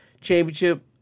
championship